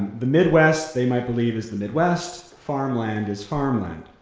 the midwest they might believe is the midwest. farmland is farmland.